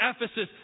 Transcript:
ephesus